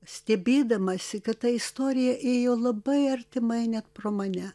stebėdamasi kad ta istorija ėjo labai artimai net pro mane